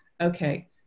okay